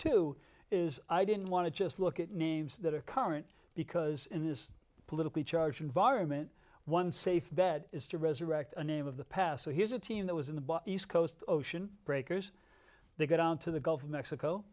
two is i didn't want to just look at names that are current because in this politically charged environment one safe bet is to resurrect a name of the past so here's a team that was in the east coast ocean breakers they go down to the gulf of mexico